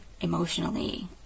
emotionally